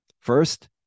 First